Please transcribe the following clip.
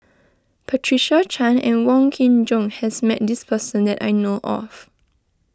Patricia Chan and Wong Kin Jong has met this person that I know of